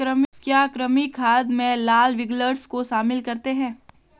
क्या कृमि खाद में लाल विग्लर्स को शामिल करते हैं?